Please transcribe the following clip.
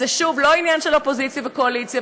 שוב, זה לא עניין של אופוזיציה וקואליציה.